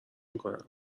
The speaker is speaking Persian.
میکنم